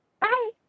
bye